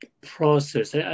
process